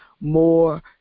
more